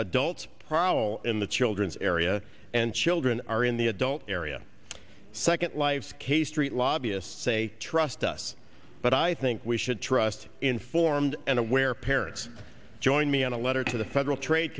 adults prowl in the children's area and children are in the adult area second life k street lobbyists say trust us but i think we should trust informed and aware parents joined me in a letter to the federal trade